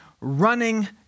running